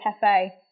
cafe